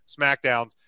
SmackDowns